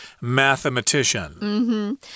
mathematician